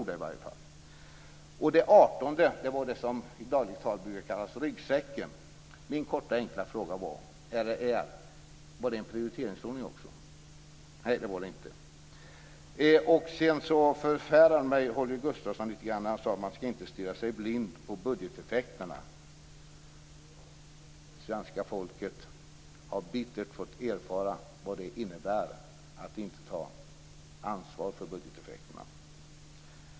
Det 18:e förslaget var det som i dagligt tal kallas ryggsäcken. Min korta enkla fråga är: Var det en prioriteringsordning? Nej, det var det inte. Sedan blev jag förfärad när Holger Gustafsson sade att man inte skall stirra sig blind på budgeteffekterna. Svenska folket har bittert fått erfara vad det innebär att inte ta ansvar för budgeteffekterna.